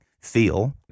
feel